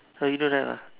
oh you don't have ah